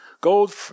gold